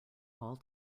all